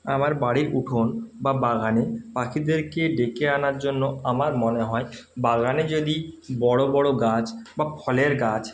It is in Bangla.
আমার বাড়ির উঠোন বা বাগানে পাখিদেরকে ডেকে আনার জন্য আমার মনে হয় বাগানে যদি বড়ো বড়ো গাছ বা ফলের গাছ